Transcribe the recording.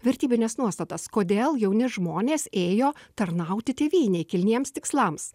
vertybines nuostatas kodėl jauni žmonės ėjo tarnauti tėvynei kilniems tikslams